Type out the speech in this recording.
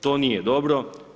To nije dobro.